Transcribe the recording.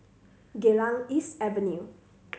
Geylang East Avenue